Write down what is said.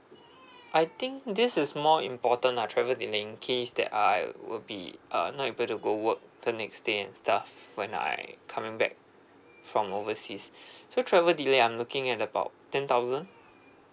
I think this is more important lah travel delay in case that I will be uh not able to go work the next day and stuff when I coming back from overseas so travel delay I'm looking at about ten thousand